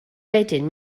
wedyn